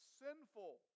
sinful